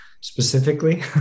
specifically